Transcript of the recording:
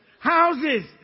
Houses